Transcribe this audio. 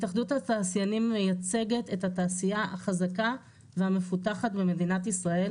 התאחדות התעשיינים מייצגת את התעשייה החזקה והמפותחת במדינת ישראל,